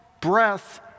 breath